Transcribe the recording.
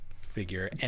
figure